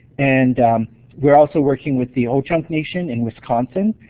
and we're also working with the ho-chunk nation in wisconsin.